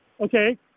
okay